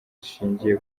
zishingiye